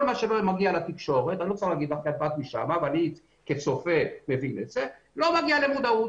כל מה שלא מגיע לתקשורת, לא מגיע למודעות.